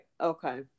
okay